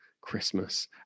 Christmas